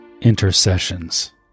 intercessions